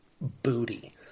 booty